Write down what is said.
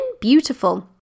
beautiful